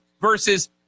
versus